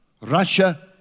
Russia